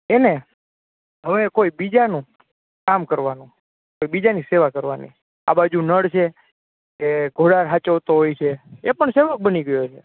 એને હવે કોઈ બીજાનું કામ કરવાનું કોઈ બીજાની સેવા કરવાની આ બાજુ નળ છે એ ઘોળા હાચવતો હોઈ છે એ પણ સેવક બની ગયો છે